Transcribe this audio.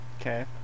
Okay